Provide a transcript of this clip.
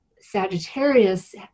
Sagittarius